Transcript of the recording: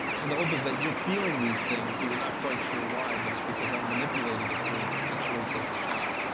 so the hope is that you're feeling these things, but you're not quite sure why. but it's because i'm manipulating it through the choice of the shot.